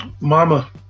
Mama